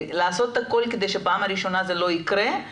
לעשות הכל כדי שהפעם הראשונה הזאת לא תקרה,